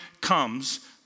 comes